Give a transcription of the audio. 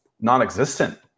non-existent